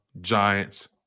Giants